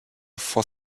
for